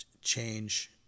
change